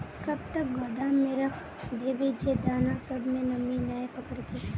कब तक गोदाम में रख देबे जे दाना सब में नमी नय पकड़ते?